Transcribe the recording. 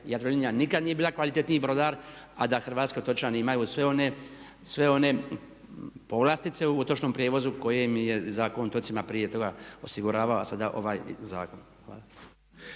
Jadrolinija nikada nije bila kvalitetniji brodar a da hrvatski otočani imaju sve one, sve one povlastice u otočnom prijevozu koje im je Zakon o otocima prije toga osiguravao a sada ovaj zakon.